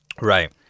Right